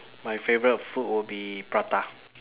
my favorite food would be prata